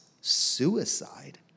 suicide